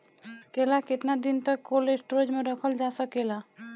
केला केतना दिन तक कोल्ड स्टोरेज में रखल जा सकेला?